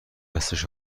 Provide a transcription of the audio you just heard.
هستش